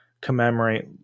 commemorate